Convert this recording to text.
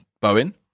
Bowen